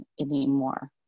anymore